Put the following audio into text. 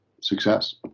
success